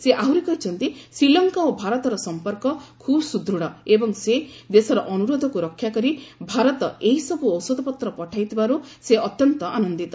ସେ ଆହୁରି କହିଛନ୍ତି ଶ୍ରୀଲଙ୍କା ଓ ଭାରତର ସମ୍ପର୍କ ଖୁବ୍ ସୁଦୃଢ଼ ଏବଂ ସେ ଦେଶର ଅନୁରୋଧକୁ ରକ୍ଷାକରି ଭାରତ ଏହିସବୁ ଔଷଧପତ୍ର ପଠାଇଥିବାରୁ ସେ ଅତ୍ୟନ୍ତ ଆନନ୍ଦିତ